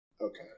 Okay